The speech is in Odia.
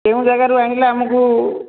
କେଉଁ ଜାଗାରୁ ଆଣିଲେ ଆମକୁ